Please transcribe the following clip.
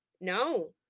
No